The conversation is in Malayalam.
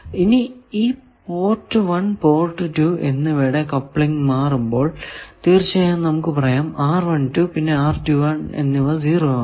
ഇനി പോർട്ട് 1 പോർട്ട് 2 എന്നിവയുടെ കപ്ലിങ് മാറ്റുമ്പോൾ തീർച്ചയായും നമുക്ക് പറയാം പിന്നെ എന്നിവ 0 ആണ്